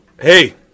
Hey